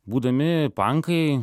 būdami pankai